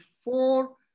four